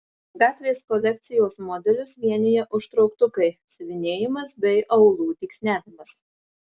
gatvės kolekcijos modelius vienija užtrauktukai siuvinėjimas bei aulų dygsniavimas